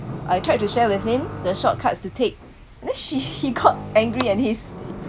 I tried to share with him the shortcuts to take and then she he got angry and he's